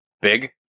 Big